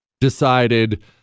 decided